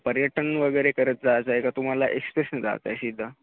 पर्यटन वगैरे करत जायचं आहे का तुम्हाला एक्सप्रेसने जायचं आहे सिधा